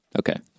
Okay